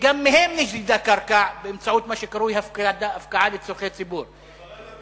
שגם מהם נשדדה קרקע באמצעות מה שקרוי "הפקעה לצורכי ציבור".